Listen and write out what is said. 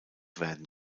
werden